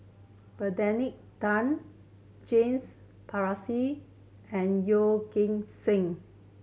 Benedict Tan James Puthucheary and Yeoh Ghim Seng